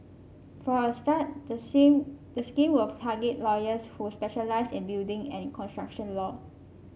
for a start the the scheme will target lawyers who specialise in building and construction law